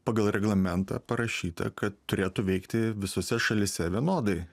pagal reglamentą parašyta kad turėtų veikti visose šalyse vienodai